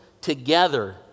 together